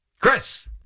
Chris